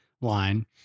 line